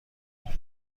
کردم